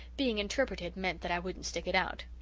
being interpreted, meant that i wouldn't stick it out.